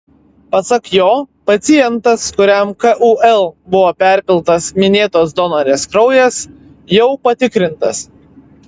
pasak jo pacientas kuriam kul buvo perpiltas minėtos donorės kraujas jau patikrintas